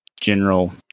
general